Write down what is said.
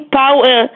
power